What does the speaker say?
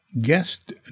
Guest